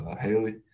Haley